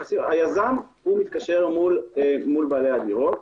היזם מתקשר מול בעלי הדירות,